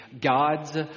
God's